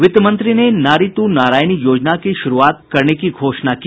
वित्तमंत्री ने नारी तू नारायणी योजना शुरूआत करने की घोषणा की